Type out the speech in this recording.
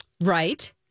Right